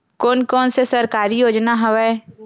कोन कोन से सरकारी योजना हवय?